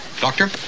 Doctor